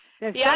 Yes